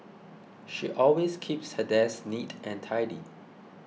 she always keeps her desk neat and tidy